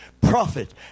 prophet